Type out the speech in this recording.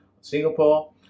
Singapore